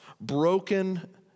broken